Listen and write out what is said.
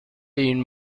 این